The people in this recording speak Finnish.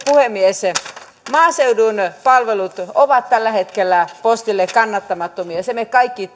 puhemies maaseudun palvelut ovat tällä hetkellä postille kannattamattomia sen me kaikki